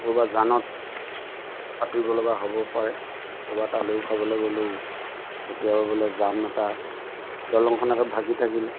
ক'ৰবাত জানত সাঁতুৰিব লগা হ'ব পাৰে ক'ৰবাত আলহী খাবলৈ গ'লেও কেতিয়াবা বোলে জান এটা দলংখন আগত ভাগি থাকিল